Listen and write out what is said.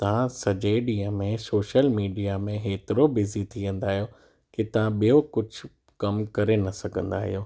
तव्हां सॼे ॾींहं में सोशल मीडिया में हेतिरो बिज़ी थी वेंदा आहियो की तव्हां ॿियो कुझ कम करे न सघंदा आहियो